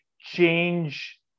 change